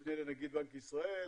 משנה לנגיד בנק ישראל,